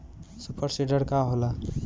Super seeder का होला?